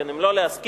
אם לא להסכים,